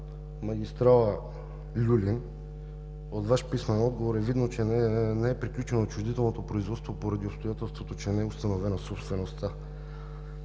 магистрала „Люлин“ от Ваш писмен отговор е видно, че не е приключено отчуждителното производство поради обстоятелството, че не е установена собствеността,